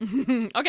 Okay